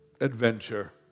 adventure